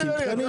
מה מפריע לי?